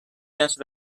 answer